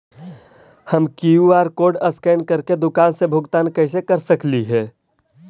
हम QR code scan करके दुकान में भुगतान कैसे कर सकली हे?